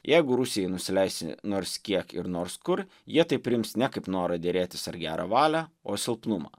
jeigu rusijai nusileisi nors kiek ir nors kur jie tai priims ne kaip norą derėtis ar gerą valią o silpnumą